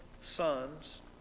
sons